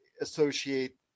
associate